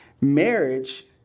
Marriage